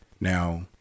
Now